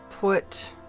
put